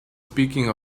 speaking